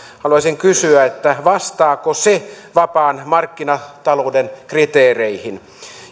haluaisin kysyä vastaako se vapaan markkinatalouden kriteereihin